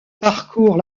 parcourent